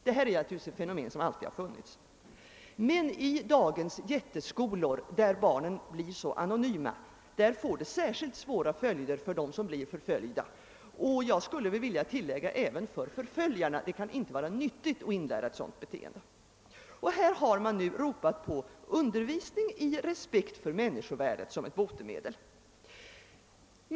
Detta fenomen har givetvis alltid funnits, men i dagens jätteskolor, där barnen blir så anonyma, får det särskilt svåra följder för dem som blir förföljda — och jag skulle vilja tillägga även för förföljarna; det kan inte vara nyttigt att inlära ett sådant beteende. Här har ropats på undervisning i respekt för människovärdet som ett botemedel.